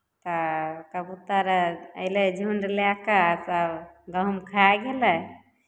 तऽ कबूतर अयलै झुण्ड लए कऽ सभ गहूँम खाए गेलै